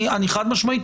אני אומר חד-משמעית,